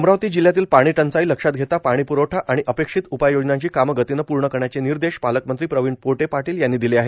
अमरावती जिल्ह्यातील पाणी टंचाई लक्षात घेता पाणीप्रवठा आणि अपेक्षित उपाययोजनांची कामं गतीनं पूर्ण करण्याचे निर्देश पालकमंत्री प्रवीण पोटे पाटील यांनी दिले आहेत